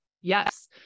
Yes